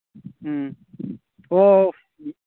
ꯎꯝ ꯑꯣꯑꯣ